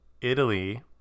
Italy